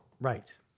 Right